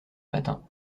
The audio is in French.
matin